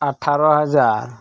ᱟᱴᱷᱟᱨᱳ ᱦᱟᱡᱟᱨ